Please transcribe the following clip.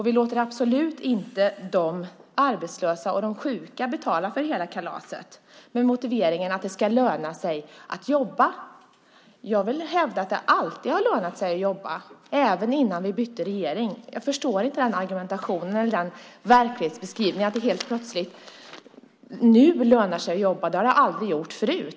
Vi låter absolut inte de arbetslösa och sjuka betala hela kalaset med motiveringen att det ska löna sig att jobba. Jag vill hävda att det alltid har lönat sig att jobba, även innan vi bytte regering. Jag förstår inte argumentet och verklighetsbeskrivningen att det nu helt plötsligt lönar sig att jobba och att det aldrig har gjort det förut.